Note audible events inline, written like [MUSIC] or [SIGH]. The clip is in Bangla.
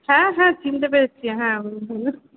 হ্যাঁ হ্যাঁ চিনতে পেরেছি হ্যাঁ [UNINTELLIGIBLE]